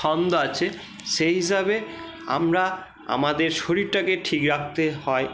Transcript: ছন্দ আছে সেই হিসাবে আমরা আমাদের শরীরটাকে ঠিক রাখতে হয়